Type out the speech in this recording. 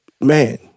man